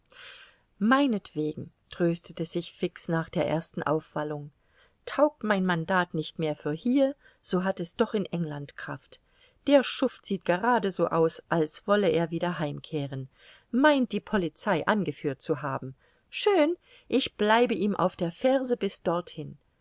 meinetwegen tröstete sich fix nach der ersten aufwallung taugt mein mandat nicht mehr für hier so hat es doch in england kraft der schuft sieht gerade so aus als wolle er wieder heimkehren meint die polizei angeführt zu haben schön ich bleibe ihm auf der ferse bis dorthin